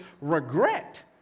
regret